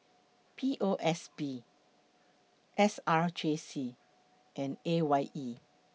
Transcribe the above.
P O S B S R J C and A Y E